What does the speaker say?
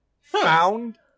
found